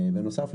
בנוסף,